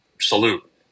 salute